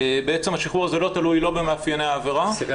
בעצם השחרור הזה לא תלוי לא במאפייני העבירה --- אסירי